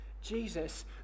Jesus